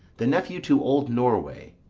the nephew to old norway,